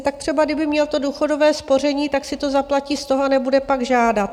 Tak třeba kdyby měl to důchodové spoření, tak si to zaplatí z toho a nebude pak žádat.